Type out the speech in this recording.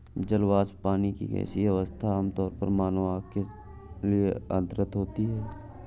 जल वाष्प, पानी की गैसीय अवस्था, आमतौर पर मानव आँख के लिए अदृश्य होती है